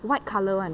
white colour [one]